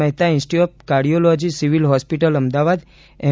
Mehta institute of cardiology civil hospital Ahmedabad M